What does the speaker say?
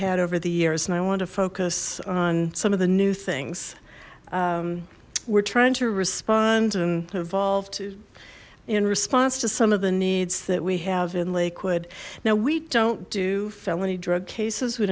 had over the years and i want to focus on some of the new things we're trying to respond and evolved in response to some of the needs that we have in lakewood now we don't do felony drug cases we